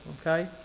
okay